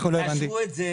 תאשרו את זה.